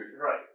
Right